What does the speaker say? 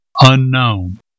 unknown